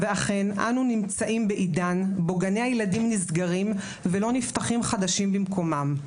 ואכן אנו נמצאים בעידן בו גני הילדים נסגרים ולא נפתחים חדשים במקומם.